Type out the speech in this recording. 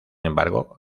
embargo